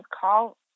call